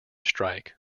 strike